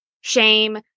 shame